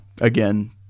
again